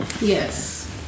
yes